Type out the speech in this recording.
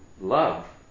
love